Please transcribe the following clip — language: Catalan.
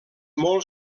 molt